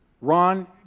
Ron